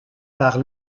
par